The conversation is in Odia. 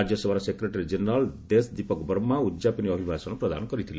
ରାଜ୍ୟସଭାର ସେକ୍ରେଟାରୀ ଜେନେରାଲ୍ ଦେଶ ଦୀପକ ବର୍ମା ଉଦ୍ଯାପନୀ ଅଭିଭାଷଣ ପ୍ରଦାନ କରିଥିଲେ